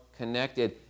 connected